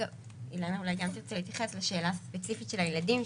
אילנה אולי גם תרצה להתייחס לשאלה הספציפית של הילדים,